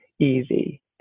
easy